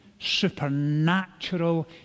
supernatural